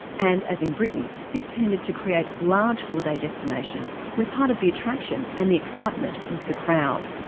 and as in britain, this tended to create large holiday destinations where part of the attraction and the excitement was the crowd.